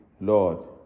Lord